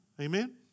amen